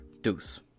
Deuce